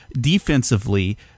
Defensively